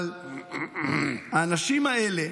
אבל האנשים האלה,